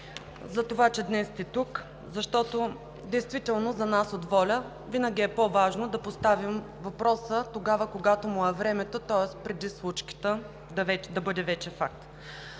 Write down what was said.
…за това, че днес сте тук. Защото действително за нас от ВОЛЯ винаги е по-важно да поставим въпроса тогава, когато му е времето, тоест преди случката да бъде вече факт